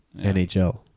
NHL